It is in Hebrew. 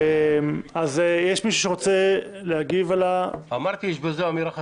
אמרתי שיש בזה אמירה חשובה.